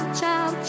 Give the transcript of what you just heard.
ciao